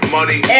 Money